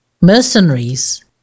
mercenaries